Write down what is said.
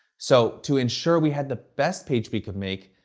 so to ensure we had the best page we could make,